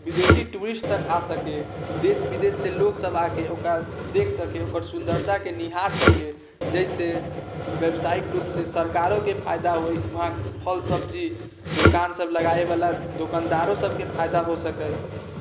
विदेशी टूरिस्ट तक आबि सकै देश विदेशसँ लोकसब आबिकऽ ओकरा देखि सकै ओकर सुन्दरताके निहारि सकै जइसे बेबसाइक रूपसँ सरकारोके फाइदा होइ वहाँ फल सब्जी दोकानसब लगाबैवला दोकानदारो सबके फाइदा हो सकै